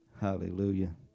Hallelujah